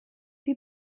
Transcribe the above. die